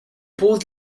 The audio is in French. pause